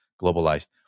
globalized